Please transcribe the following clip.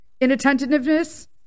inattentiveness